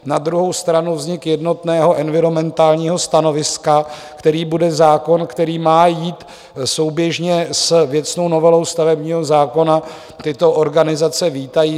Na druhou stranu vznik jednotného environmentálního stanoviska, kterým bude zákon, který má jít souběžně s věcnou novelou stavebního zákona, tyto organizace vítají.